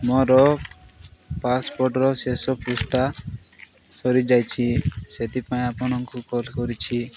ମୋର ପାସ୍ପୋର୍ଟର ଶେଷ ପୃଷ୍ଠା ସରିଯାଇଛି ସେଥିପାଇଁ ଆପଣଙ୍କୁ କଲ୍ କରିଛି